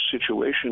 situation